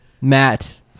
Matt